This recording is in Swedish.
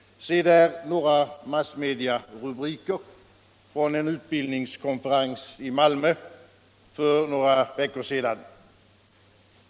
— Se där några massmedierubriker från en utbildningskonferens i Malmö för några veckor sedan.